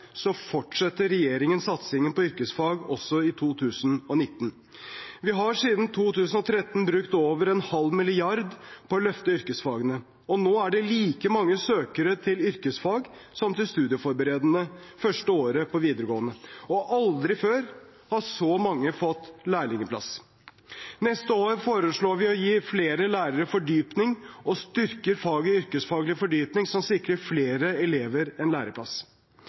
fortsetter regjeringen satsingen på yrkesfag også i 2019. Vi har siden 2013 brukt over 0,5 mrd. kr på å løfte yrkesfagene. Nå er det like mange søkere til yrkesfag som til studieforberedende det første året på videregående, og aldri før har så mange fått lærlingplass. Neste år foreslår vi å gi flere lærere fordypning, og vi styrker faget yrkesfaglig fordypning som sikrer flere elever en læreplass.